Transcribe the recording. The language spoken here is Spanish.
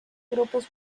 grupos